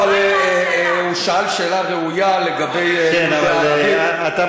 אבל הוא שאל שאלה ראויה לגבי לימודי ערבית.